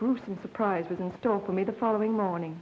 from surprises in store for me the following morning